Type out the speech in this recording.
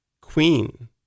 Queen